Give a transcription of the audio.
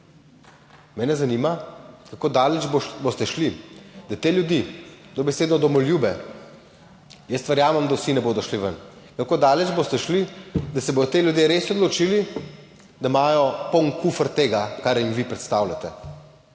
Mene zanima, kako daleč boste šli, da te ljudi, dobesedno domoljube, jaz verjamem, da vsi ne bodo šli ven, kako daleč boste šli, da se bodo ti ljudje res odločili, da imajo poln kufer tega, kar jim vi predstavljate,